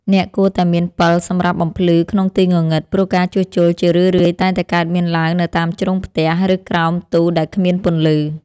អ្នកគួរតែមានពិលសម្រាប់បំភ្លឺក្នុងទីងងឹត ព្រោះការជួសជុលជារឿយៗតែងតែកើតមានឡើងនៅតាមជ្រុងផ្ទះ ឬក្រោមទូដែលគ្មានពន្លឺ។